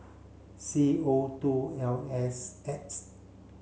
C O two L S X